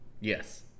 yes